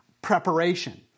Preparation